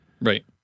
Right